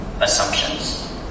assumptions